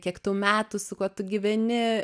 kiek tau metų su kuo tu gyveni